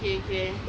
okay okay